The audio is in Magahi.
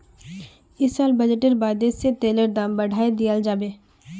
इस साल बजटेर बादे से तेलेर दाम बढ़ाय दियाल जाबे